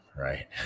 right